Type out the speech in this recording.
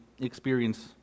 experience